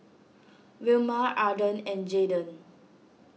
Wilma Arden and Jaydon